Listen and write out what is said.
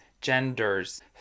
genders